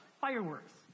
fireworks